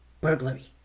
Burglary